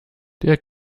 der